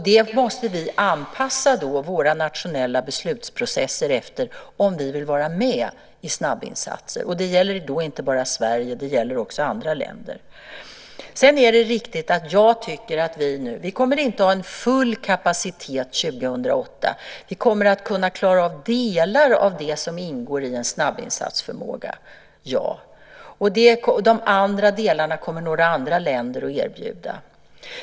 Detta måste vi anpassa våra nationella beslutsprocesser efter om vi vill vara med i snabbinsatser. Detta gäller inte bara Sverige utan också andra länder. Sedan är det riktigt att vi inte kommer att ha en full kapacitet 2008. Vi kommer att kunna klara delar av det som ingår i en snabbinsatsförmåga - ja. De andra delarna kommer andra länder att erbjuda.